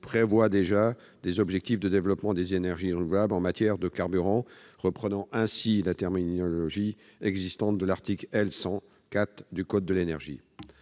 prévoit déjà de fixer des objectifs de développement des énergies renouvelables en matière de carburant, reprenant ainsi la terminologie de l'article L. 100-4 du code de l'énergie.